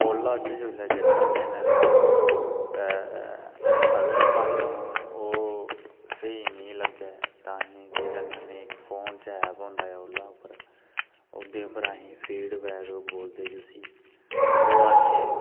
ओला च जोल्लै जन्ने होन्ने आं ते अगर सानूं ओह् स्हेई निं लग्गै तां अहें केह् करने होन्ने फोन च ऐप होंदा ऐ ओला उप्पर ओह्दे उप्पर अहें फीडबैक बोलदे जुसी ओह् असें